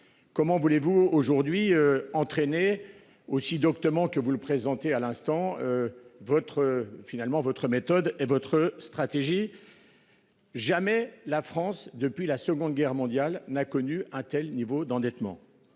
Comment voulez-vous aujourd'hui entraîné aussi doctement que vous le présenter à l'instant. Votre finalement votre méthode et votre stratégie. Jamais la France depuis la Seconde Guerre mondiale n'a connu un tel niveau d'endettement.